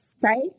right